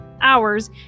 hours